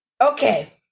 Okay